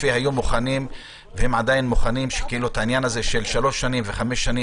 היא מתייתרת לעניין החיוב המבחני.